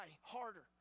harder